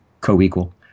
co-equal